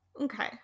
Okay